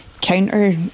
counter